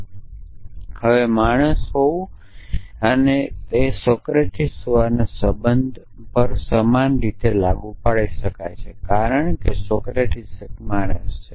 અને પછી માણસ હોવા અને નશ્વર હોવાનો સમાન સંબંધોનો સોક્રેટીસ પર લાગુ પડે છે કારણ કે સોક્રેટીસ એક માણસ છે